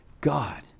God